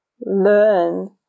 learn